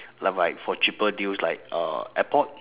like right for cheaper deals like uh airport